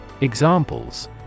Examples